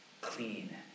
clean